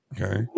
Okay